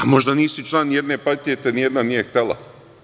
Možda nisi član nijedne partije jer te nijedna nije htela.